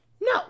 No